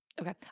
Okay